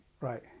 Right